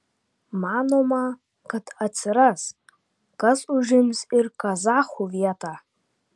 manoma kad atsiras kas užims ir kazachų vietą